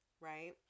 right